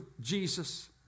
Jesus